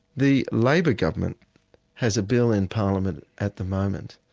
the labor government has a bill in parliament at the moment,